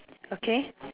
okay